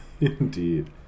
indeed